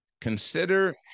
consider